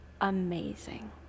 amazing